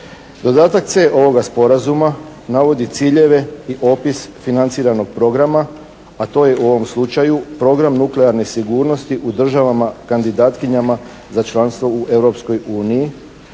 Dodatak C ovoga sporazuma navodi ciljeve i opis financiranog programa, a to je u ovom slučaju program nuklearne sigurnosti u državama kandidatkinjama za članstvo u